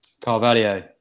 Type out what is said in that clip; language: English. Carvalho